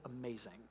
amazing